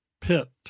pit